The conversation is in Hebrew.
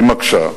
היא מקשה,